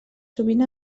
sovint